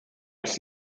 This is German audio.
ist